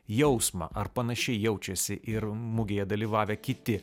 jausmą ar panašiai jaučiasi ir mugėje dalyvavę kiti